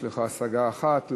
ויש לך השגה אחת,